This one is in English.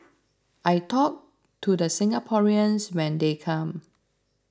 I talk to the Singaporeans when they come